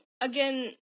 again